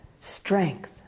strength